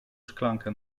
szklankę